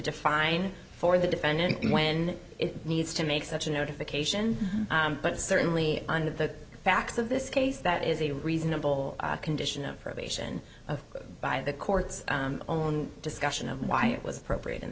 define for the defendant when it needs to make such a notification but certainly under the facts of this case that is a reasonable condition of probation a by the court's own discussion of why it was appropriate in